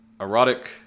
erotic